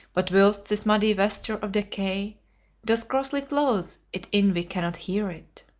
but whilst this muddy vesture of decay doth grossly close it in we cannot hear it.